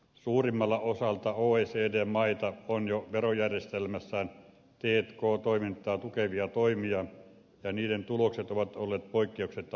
suurimmalla osalla oecd maita on jo verojärjestelmässään t k toimintaa tukevia toimia ja niiden tulokset ovat olleet poikkeuksetta myönteisiä